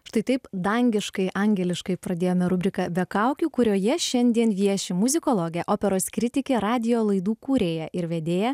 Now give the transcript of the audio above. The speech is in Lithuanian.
štai taip dangiškai angeliškai pradėjome rubriką be kaukių kurioje šiandien vieši muzikologė operos kritikė radijo laidų kūrėja ir vedėja